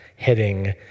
heading